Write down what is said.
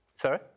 Sorry